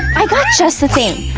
i got just the thing.